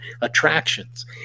attractions